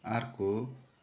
अर्को